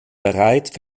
bereit